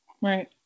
Right